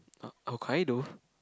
uh Hokkaido